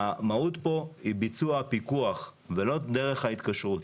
המהות פה היא ביצוע הפיקוח ולא דרך ההתקשרות.